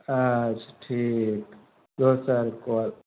अच्छा ठीक दोसर कॉल